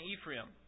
Ephraim